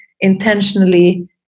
intentionally